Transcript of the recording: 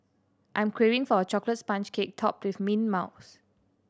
I'm craving for a chocolate sponge cake topped with mint mousse